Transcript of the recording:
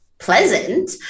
pleasant